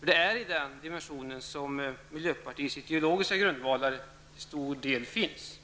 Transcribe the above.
Det är i den dimensionen som miljöpartiets ideologiska grundvalar till stor del finns.